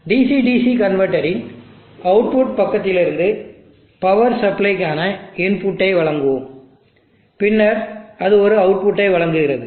DC DC converter இன் output பக்கத்திலிருந்து power சப்ளைக்கான இன்புட்டை வழங்குவோம் பின்னர் அது ஒரு அவுட்புட்டை வழங்குகிறது